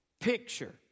picture